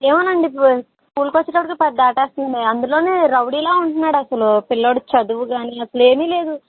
ఏమో అండి అసలు స్కూలుకి వచ్చేటప్పటికి పది దాటేస్తుంది అందులోనూ రౌడీలా ఉంటున్నాడు అసలు పిల్లవాడు చదువు కాని అసలు ఏమీ లేదు